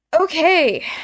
Okay